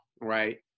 right